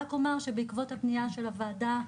אומר שבעקבות הפנייה של הוועדה,